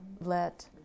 let